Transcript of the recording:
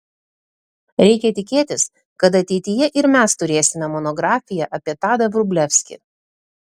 reikia tikėtis kad ateityje ir mes turėsime monografiją apie tadą vrublevskį